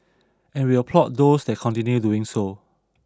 and we applaud those that continue doing so